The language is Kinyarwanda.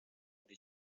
muri